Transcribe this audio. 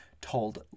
told